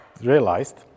realized